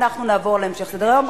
אנחנו נעבור להמשך סדר-היום.